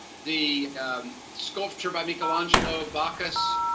the sculpture by michelangelo, bacchus,